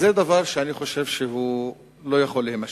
וזה דבר שאני חושב שלא יכול להימשך.